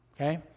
Okay